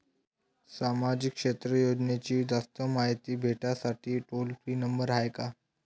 सामाजिक क्षेत्र योजनेची जास्त मायती भेटासाठी टोल फ्री नंबर हाय का?